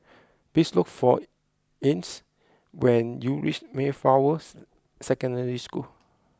please look for Ines when you reach Mayflowers Secondary School